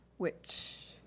which,